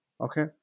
Okay